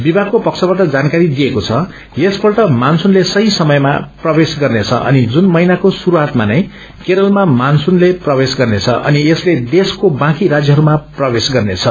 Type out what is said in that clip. विभागको पक्षबाट जानकारी दिएको छ यसपल्ट मनसुनले साही समयमा प्रवेश गर्नेछ अनि जून महीनाको शुंस्वातमा नै केरलमा मनसुनले प्रवेश गर्नेछ अनि यसले देशको बाँकी राज्यहरूमा प्रवेश गर्नेछ